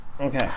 Okay